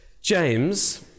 James